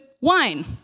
wine